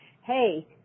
hey